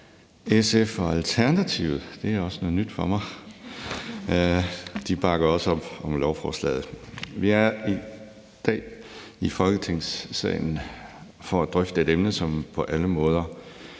SF og Alternativet – det er også noget nyt for mig – og sige, at de også bakker op om lovforslaget. Vi er her i dag i Folketingssalen for at drøfte et emne, som på alle måder